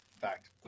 Fact